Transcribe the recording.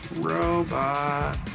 Robot